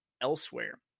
elsewhere